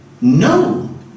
no